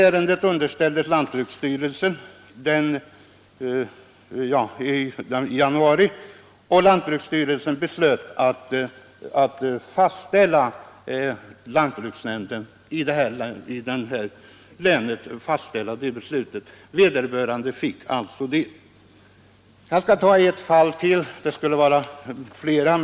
Ärendet underställdes sedan lantbruksstyrelsen i januari, styrelsen fastställde beslutet. Jordbrukaren fick alltså sin lånegaranti beviljad.